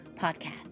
podcast